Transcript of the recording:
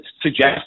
suggest